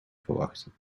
verwachten